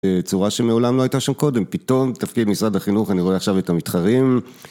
צורה שמעולם לא הייתה שם קודם, פתאום תפקיד משרד החינוך, אני רואה עכשיו את המתחרים